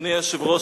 אדוני היושב-ראש,